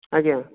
ଆଜ୍ଞା